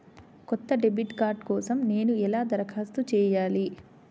కొత్త debit card కోసం నేను ఎలా దరఖాస్తు చేయాలి?